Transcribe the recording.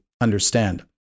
understand